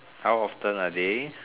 how often a day